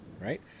Right